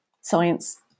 science